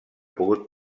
pogut